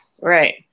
Right